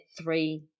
three